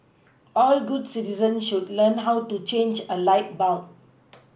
all good citizens should learn how to change a light bulb